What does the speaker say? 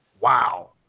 Wow